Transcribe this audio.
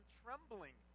trembling